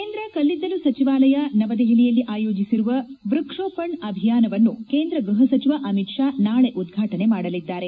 ಕೇಂದ್ರ ಕಲ್ಲಿದ್ದಲು ಸಚಿವಾಲಯ ನವದೆಹಲಿಯಲ್ಲಿ ಆಯೋಜಿಸಿರುವ ವ್ಯಕ್ಸೋಪಣ್ ಅಭಿಯಾನವನ್ನು ಕೇಂದ್ರ ಗೃಹ ಸಚಿವ ಅಮಿತ್ ಷಾ ನಾಳೆ ಉದ್ಘಾಟನೆ ಮಾಡಲಿದ್ದಾರೆ